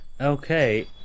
Okay